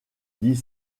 dit